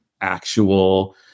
actual